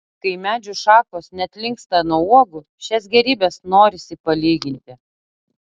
kai medžių šakos net linksta nuo uogų šias gėrybes norisi palyginti